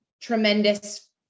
tremendous